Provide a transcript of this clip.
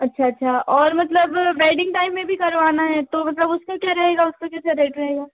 अच्छा अच्छा और मतलब वेडिंग टाइम में भी करवाना है तो मतलब उसका क्या रहेगा उसका कैसा रेट रहेगा